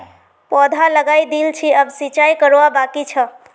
पौधा लगइ दिल छि अब सिंचाई करवा बाकी छ